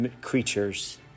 creatures